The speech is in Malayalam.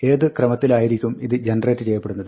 ഏത് ക്രമത്തിലായിരിക്കും ഇത് ജനറേറ്റ് ചെയ്യപ്പെടുന്നത്